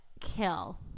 kill